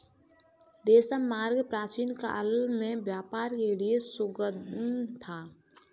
रेशम मार्ग प्राचीनकाल में व्यापार के लिए सुगम था